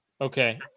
okay